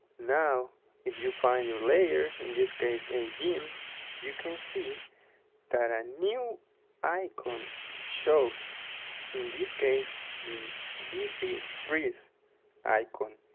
now if you find your layer in this case a-dim you can see that a new icon shows in this case the vp freeze icon